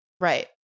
right